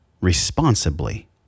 responsibly